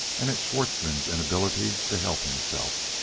and at schwartzmann's inability to help himself.